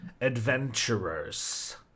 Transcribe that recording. adventurers